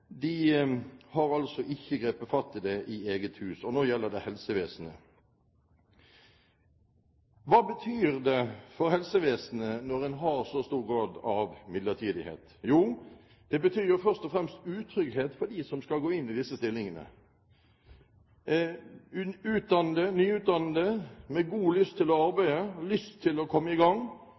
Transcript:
har ikke grepet fatt i dette i eget hus, og nå gjelder det helsevesenet. Hva betyr det for helsevesenet når en har så stor grad av midlertidige ansettelser? Det betyr først og fremst utrygghet for dem som skal gå inn i disse stillingene. Nyutdannede med god lyst til å arbeide, lyst til å komme i gang,